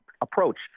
approach